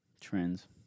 trends